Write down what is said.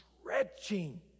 stretching